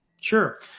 Sure